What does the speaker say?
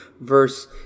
verse